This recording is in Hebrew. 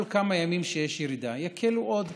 כל כמה ימים, כשיש ירידה, יקלו עוד.